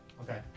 Okay